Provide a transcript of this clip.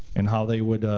and how they would,